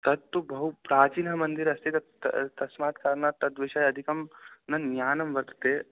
तत्तु बहु प्राचीनं मन्दिरम् अस्ति तत् तस्मात् कारणात् तद् विषये अधिकं न ज्ञानं वर्तते